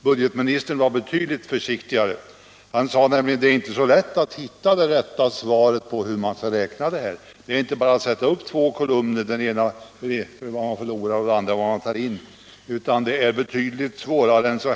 Budgetministern var betydligt försiktigare. Han sade nämligen, att det inte är så lätt att hitta det rätta svaret på frågan hur man skall räkna. Det är inte bara att sätta upp två kolumner, den ena över vad man förlorar och den andra över vad man tar in, utan det är betydligt svårare än så.